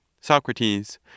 Socrates